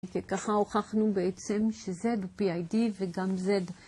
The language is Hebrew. כן, ככה הוכחנו בעצם ש-Z פי-איי-די וגם Z